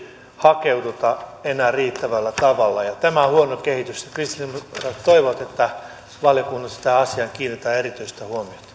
hakeuduta enää riittävällä tavalla ja tämä on huonoa kehitystä kristillisdemokraatit toivovat että valiokunnassa tähän asiaan kiinnitetään erityistä